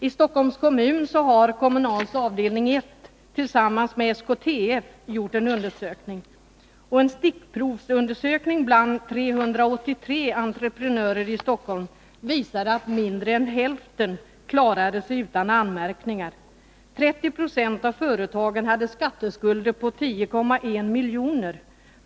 I Stockholms kommun har Kommunals avdelning 1 tillsammans med SKTF gjort en stickprovsundersökning bland 383 entreprenörer i Stockholm. Undersökningen visade att mindre än hälften klarade sig utan anmärkningar. 30 26 av företagen hade skatteskulder på 10,1 miljoner.